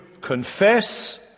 confess